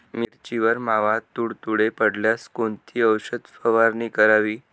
मिरचीवर मावा, तुडतुडे पडल्यास कोणती औषध फवारणी करावी?